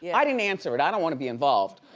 yeah i didn't answer it, i don't wanna be involved.